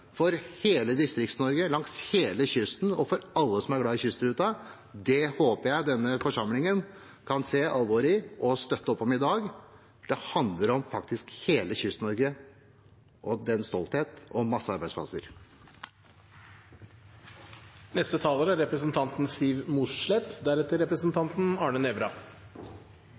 for hele Distrikts-Norge langs hele kysten og for alle som er glad i kystruten. Det håper jeg denne forsamlingen kan se alvoret i, og at de støtter opp om forslagene i dag. Det handler faktisk om hele Kyst-Norge – om stoltheten der – og om mange arbeidsplasser.